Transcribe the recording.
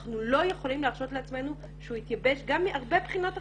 אנחנו לא יכולים להרשות לעצמנו שהוא יתייבש גם מהרבה בחינות אחרות.